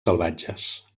salvatges